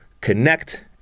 connect